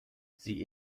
sie